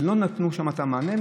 ולא נתנו שם את המענה.